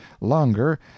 longer